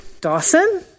Dawson